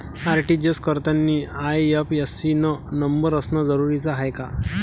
RTGS करतांनी IFSC न number असनं जरुरीच हाय का?